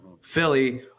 Philly